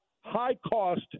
high-cost